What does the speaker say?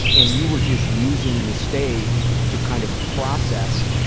and you were just using the stage to kind of process